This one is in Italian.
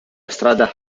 strada